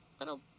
Little